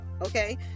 Okay